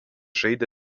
žaidė